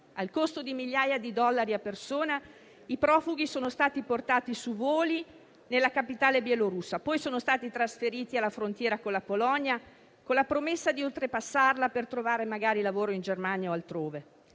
Al costo di migliaia di dollari a persona i profughi sono stati portati su voli nella capitale bielorussa; poi sono stati trasferiti alla frontiera con la Polonia con la promessa di oltrepassarla, per trovare magari lavoro in Germania o altrove;